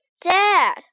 Dad